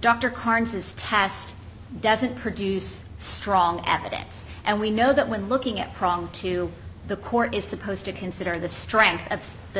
dr carnes is test doesn't produce strong evidence and we know that when looking at prong to the court is supposed to consider the strength of the